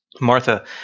Martha